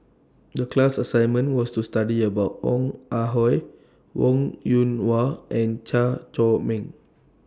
The class assignment was to study about Ong Ah Hoi Wong Yoon Wah and Chew Chor Meng